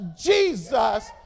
Jesus